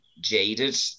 jaded